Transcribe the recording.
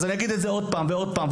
אז אני אגיד את זה עוד פעם ועוד פעם,